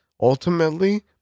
ultimately